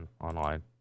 online